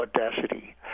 audacity